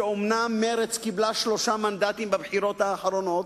שאומנם מרצ קיבלה שלושה מנדטים בבחירות האחרונות,